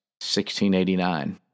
1689